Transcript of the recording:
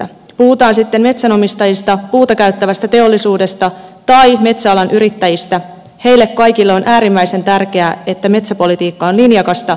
puhutaan sitten metsänomistajista puuta käyttävästä teollisuudesta tai metsäalan yrittäjistä heille kaikille on äärimmäisen tärkeää että metsäpolitiikka on linjakasta ja ennustettavaa